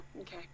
okay